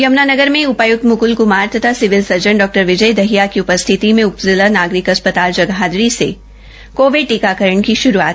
यमुनानगर में उपायुक्त मुकुल कुमार तथा सिविल सर्जन डॉ विजय दहिया की उपस्थिति में उप जिला नागरिक अस्पताल जगाधरी से कोविड टीकाकरण की शुरूआत हई